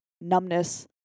numbness